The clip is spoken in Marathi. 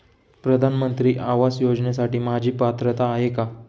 प्रधानमंत्री आवास योजनेसाठी माझी पात्रता आहे का?